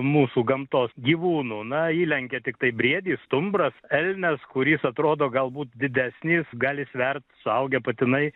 mūsų gamtos gyvūnų na jį lenkia tiktai briedis stumbras elnias kuris atrodo galbūt didesnis gali svert suaugę patinai